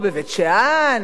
בבית-שאן.